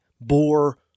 bore